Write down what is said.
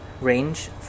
range